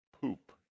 poop